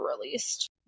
released